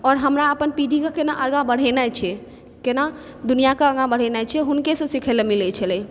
आओर हमरा अपन पीढ़ीके कोना आगा बढ़ेनाइ छै कोना दुनिआके आगा बढ़ेनाइ छै हुनकेसँ सिखै लए मिलै छलै